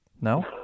no